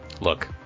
look